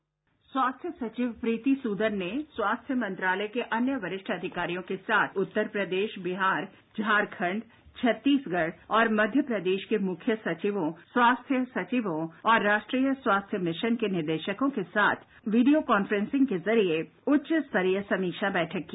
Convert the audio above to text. बार्डट स्वास्थ्य सचिव प्रीति सूदन ने स्वास्थ मंत्रालय के अन्य वरिष्ठ अधिकारियों के साथ आज उत्तर प्रदेश विहार झारखंड छत्तीसगढ़ और मध्य प्रदेश के मुख्य सचिवों स्वास्थ्य सचिवों और राष्ट्रीय स्वास्थ्य मिशन के निदेशकों के साथ वीडियो कांफ्रेंसिंग के जरिए उच्चस्तरीय समीक्षा बैठक की